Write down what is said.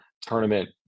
tournament